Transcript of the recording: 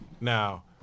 now